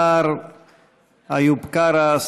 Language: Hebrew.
השר איוב קרא,